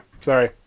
Sorry